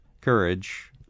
courage